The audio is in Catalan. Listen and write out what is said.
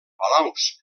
palaus